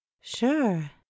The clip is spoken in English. sure